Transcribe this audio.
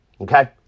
Okay